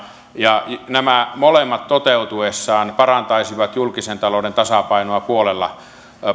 ja nämä molemmat toteutuessaan parantaisivat julkisen talouden tasapainoa puolella